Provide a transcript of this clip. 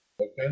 Okay